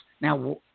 Now